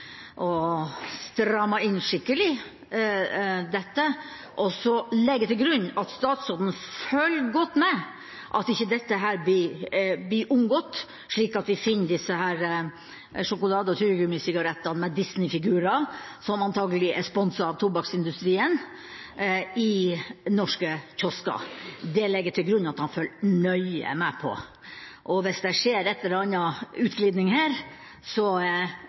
og strammet dette skikkelig inn. Så legger jeg til grunn at statsråden følger godt med på at dette ikke blir omgått, slik at vi finner disse sjokolade- og tyggegummisigarettene med Disney-figurer, som antakelig er sponset av tobakksindustrien, i norske kiosker. Det legger jeg til grunn at han følger nøye med på. Hvis det skjer en eller annen utglidning her,